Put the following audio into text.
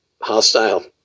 hostile